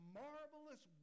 marvelous